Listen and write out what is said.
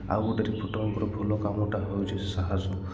ଆଉ ଗୋଟେ ରିପୋର୍ଟର୍ଙ୍କର ଭଲ କାମଟା ହେଉଛି ସାହସ